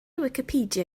wicipedia